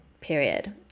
period